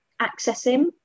accessing